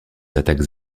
attaques